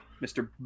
Mr